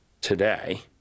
today